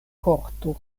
korto